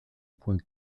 point